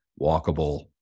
walkable